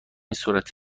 صورت